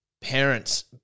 parents